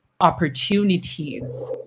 opportunities